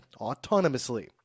autonomously